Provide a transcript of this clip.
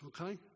Okay